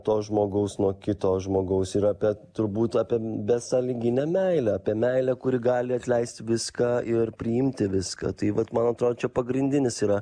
to žmogaus nuo kito žmogaus ir apie turbūt apie besąlyginę meilę apie meilę kuri gali atleisti viską ir priimti viską tai vat man atrodo čia pagrindinis yra